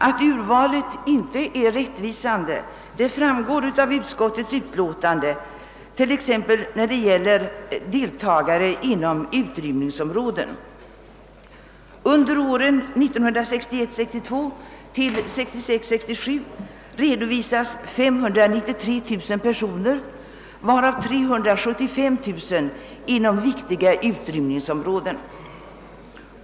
Att urvalet inte är rättvisande framgår av utskottets utlåtande, t.ex. när det gäller deltagare inom utrymningsområden. Under åren 1961 67 redovisas 593 000 personer, varav 375 000 inom viktiga utrymningsområden.